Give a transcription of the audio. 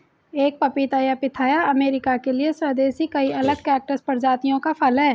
एक पपीता या पिथाया अमेरिका के लिए स्वदेशी कई अलग कैक्टस प्रजातियों का फल है